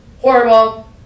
horrible